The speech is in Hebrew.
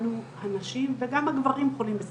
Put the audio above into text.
גם נשים מעל לגיל 50,